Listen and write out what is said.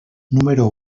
número